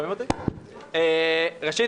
ראשית,